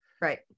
Right